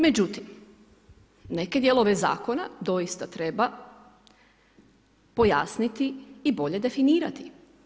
Međutim, neke dijelove zakona doista treba pojasniti i bolje definirati.